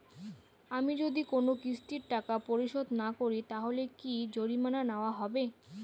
আমি যদি কোন কিস্তির টাকা পরিশোধ না করি তাহলে কি জরিমানা নেওয়া হবে?